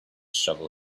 shovel